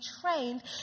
trained